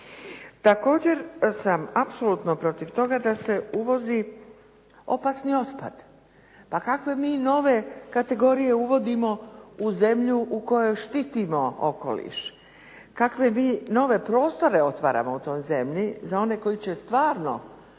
Također sam apsolutno protiv toga da se uvozi opasni otpad. Pa kakve mi nove kategorije uvodimo u zemlju u kojoj štitimo okoliš? Kakve mi nove prostore otvaramo u toj zemlji za one koji će stvarno